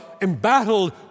embattled